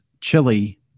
chili